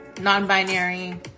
non-binary